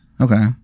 Okay